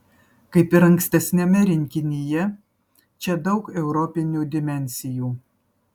kaip ir ankstesniame rinkinyje čia daug europinių dimensijų